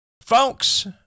Folks